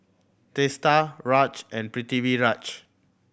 Teesta Raj and Pritiviraj